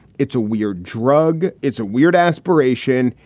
it's a weird drug. it's a weird aspiration.